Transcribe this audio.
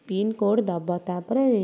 pin code ଦବ ତାପରେ